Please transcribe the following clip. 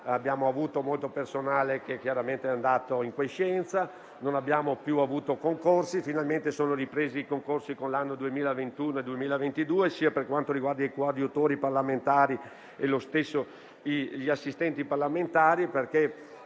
difficoltà. Molto personale è andato in quiescenza e non abbiamo più avuto concorsi. Finalmente sono ripresi i concorsi con l'anno 2021-2022, sia per quanto riguarda i coadiutori parlamentari, sia per gli assistenti parlamentari.